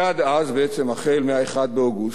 עד אז, בעצם החל מ-1 באוגוסט,